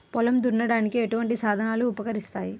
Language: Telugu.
పొలం దున్నడానికి ఎటువంటి సాధనలు ఉపకరిస్తాయి?